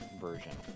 version